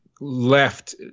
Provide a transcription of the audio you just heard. left